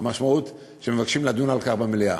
המשמעות היא שהם מבקשים לדון עליו במליאה.